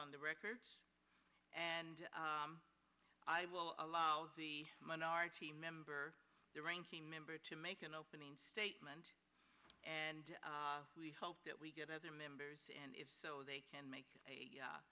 on the records and i will allow the minority member the ranking member to make an opening statement and we hope that we get other members and if so they can make a